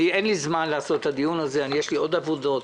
אין לי זמן לעשות את הדיון הזה, יש לי עוד עבודות.